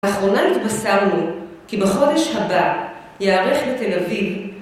לאחרונה נתבשרנו כי בחודש הבא יערך לתל אביב